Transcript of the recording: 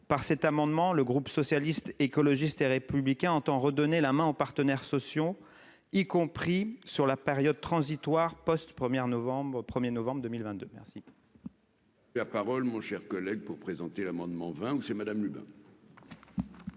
par cet amendement, le groupe socialiste, écologiste et républicain entend redonner la main aux partenaires sociaux, y compris sur la période transitoire post-première novembre 1er novembre 2022 merci. La parole, mon cher collègue, pour présenter l'amendement 20 ou c'est madame.